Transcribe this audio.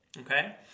okay